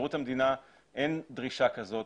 בשירות המדינה אין דרישה כזאת,